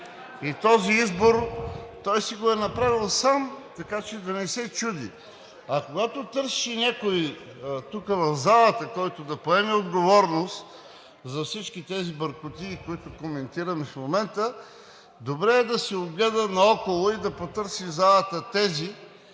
и този избор той си го е направил сам, така че да не се чуди. А когато търсеше някого тук, в залата, който да поеме отговорност за всички тези бъркотии, които коментираме в момента, добре е да се огледа наоколо и да потърси в залата тези,